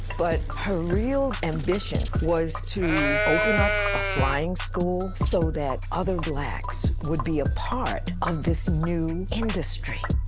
but her real ambition was to open up a flying school so that other blacks would be a part of this new industry.